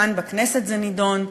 כאן בכנסת זה נדון,